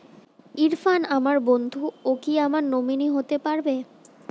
ইরফান আমার বন্ধু ও কি আমার নমিনি হতে পারবে?